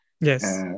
Yes